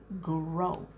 growth